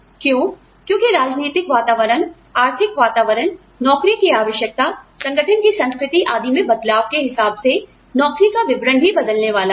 क्यों क्योंकि राजनीतिक वातावरण आर्थिक वातावरण नौकरी की आवश्यकता संगठन की संस्कृति आदि में बदलाव के हिसाब से नौकरी का विवरण भी बदलने वाला है